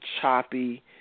choppy